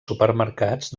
supermercats